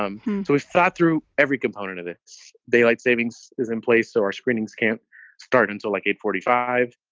um we thought through every component of the daylight savings is in place. so our screenings can't start until like eight forty five.